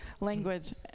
language